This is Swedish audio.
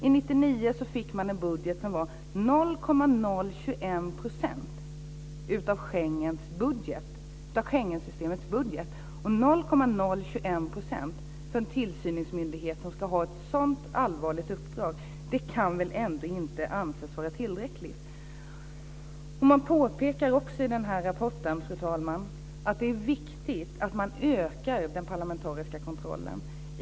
År 1999 fick man en budget som var 0,021 % av Schengensystemets budget. 0,021 % för en tillsynsmyndighet som ska ha ett sådant allvarligt uppdrag kan väl ändå inte anses vara tillräckligt. Man påpekar också i den här rapporten, fru talman, att det är viktigt att man ökar den parlamentariska kontrollen.